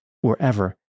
wherever